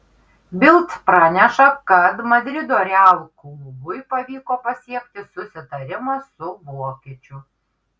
bild praneša kad madrido real klubui pavyko pasiekti susitarimą su vokiečiu